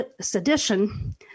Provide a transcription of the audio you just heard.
sedition